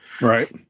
right